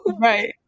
Right